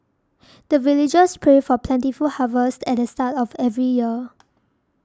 the villagers pray for plentiful harvest at the start of every year